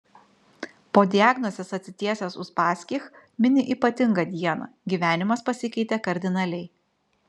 po diagnozės atsitiesęs uspaskich mini ypatingą dieną gyvenimas pasikeitė kardinaliai